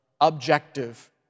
objective